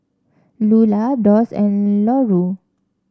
Lula Doss and Larue